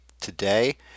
today